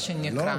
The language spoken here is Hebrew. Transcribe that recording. מה שנקרא,